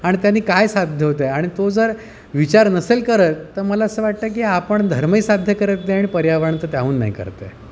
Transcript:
आणि त्याने काय साध्य होतं आहे आणि तो जर विचार नसेल करत तर मला असं वाटतं की आपण धर्मही साध्य करते आहे आणि पर्यावरण तर त्याहून नाही करत आहे